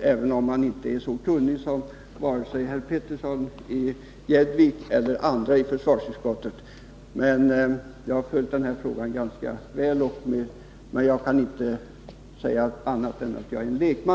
Även om jag inte är så kunnig som Per Petersson eller andra i försvarsutskottet, har jag följt frågan ganska väl. Men jag kan naturligtvis inte säga annat än att jag är lekman.